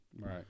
Right